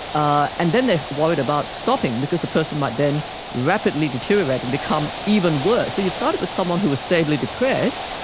ah and then they worried about stopping because the person might then rapidly deteriorate and become even worse. so you've started with someone who was stably depressed,